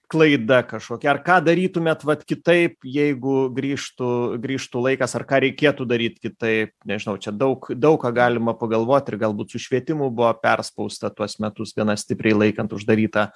klaida kažkokia ar ką darytumėt vat kitaip jeigu grįžtų grįžtų laikas ar ką reikėtų daryt kitaip nežinau čia daug daug ką galima pagalvot ir galbūt su švietimu buvo perspausta tuos metus gana stipriai laikant uždarytą